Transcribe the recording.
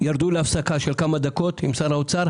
ירדו להפסקה של כמה דקות עם שר האוצר,